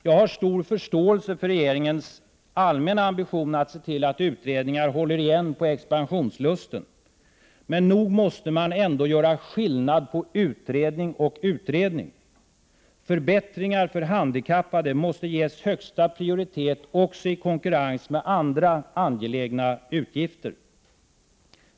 Jag har stor förståelse för regeringens allmänna ambition att se till att utredningar håller igen på expansionslusten. Men man måste ändå göra skillnad på utredning och utredning. Förbättringar för handikappade måste ges högsta prioritet också i konkurrens med andra angelägna utgifter.